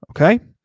okay